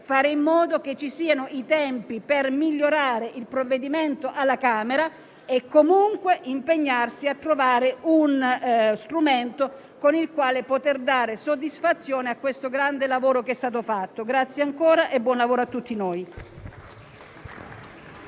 fare in modo che ci siano i tempi per migliorare il provvedimento alla Camera dei deputati e comunque occorre impegnarsi per trovare uno strumento con cui poter dare soddisfazione al grande lavoro che è stato fatto. Grazie ancora e buon lavoro a tutti noi.